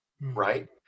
right